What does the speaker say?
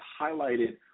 highlighted